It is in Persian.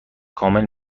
کامل